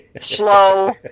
slow